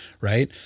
right